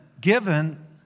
given